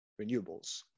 renewables